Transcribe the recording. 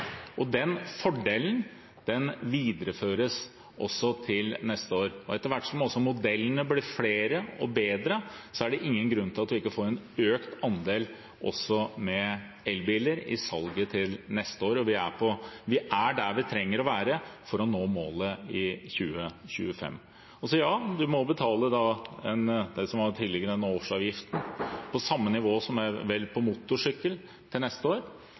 salg. Den fordelen videreføres også til neste år, og etter hvert som også modellene blir flere og bedre, er det ingen grunn til at vi ikke får en økt andel elbiler også i salget til neste år. Vi er der vi trenger å være for å nå målet i 2025. Ja, man må betale tillegget med denne årsavgiften, som vel er på samme nivå som for motorsykkel, til neste år.